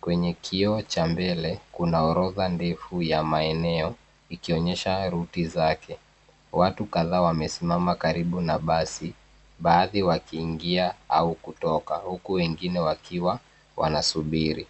Kwenye kio cha mbele kuna orodha ndefu ya maeneo ikionyesha ruti zake. Watu kadhaa wamesimama karibu na basi baadhi wakiingia au kutoka huku wengine wakiwa wanasubiri.